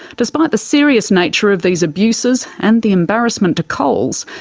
despite the serious nature of these abuses, and the embarrassment to coles,